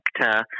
sector